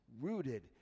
rooted